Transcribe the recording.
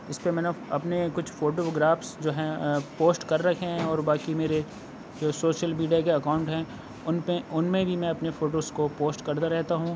اس پہ میں نے اپنے کچھ فوٹوگرافس جو ہیں پوسٹ کر رکھے ہیں اور باقی میرے جو سوشل میڈیا کے اکاؤنٹ ہیں ان پہ ان میں بھی میں اپنے فوٹوز کو پوسٹ کرتا رہتا ہوں